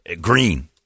green